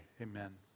Amen